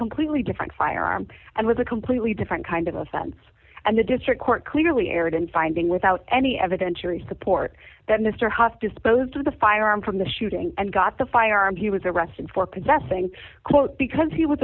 completely different firearm and was a completely different kind of offense and the district court clearly erred in finding without any evidentiary support that mr hasse disposed of the firearm from the shooting and got the firearm he was arrested for confessing quote because he was